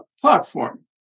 platform